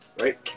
Right